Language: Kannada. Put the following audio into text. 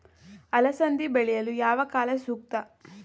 ಅಲಸಂದಿ ಬೆಳೆಯಲು ಯಾವ ಕಾಲ ಸೂಕ್ತ?